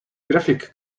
graphics